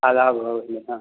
आधा भऽ गेलै हँ